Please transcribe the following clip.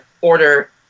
order